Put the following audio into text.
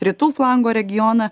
rytų flango regioną